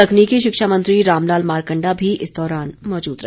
तकनीकी शिक्षा मंत्री राम लाल मारकण्डा भी इस दौरान मौजूद रहे